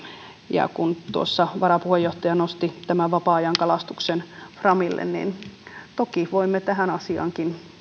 ja kun tuossa varapuheenjohtaja nosti vapaa ajankalastuksen framille niin toki voimme tähänkin asiaan